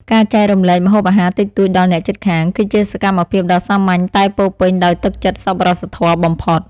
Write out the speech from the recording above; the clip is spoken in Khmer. ការចែករំលែកម្ហូបអាហារតិចតួចដល់អ្នកជិតខាង គឺជាសកម្មភាពដ៏សាមញ្ញតែពោរពេញដោយទឹកចិត្តសប្បុរសធម៌បំផុត។